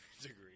degree